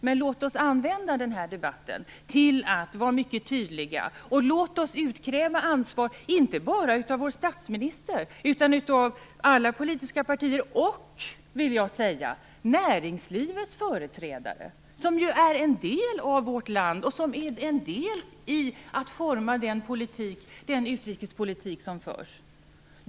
Men låt oss använda den här debatten till att vara mycket tydliga och låt oss utkräva ansvar inte bara av vår statsminister utan av alla politiska partier och, vill jag säga, näringslivets företrädare, som ju är en del av vårt land och som är en del när det gäller att forma den utrikespolitik som förs.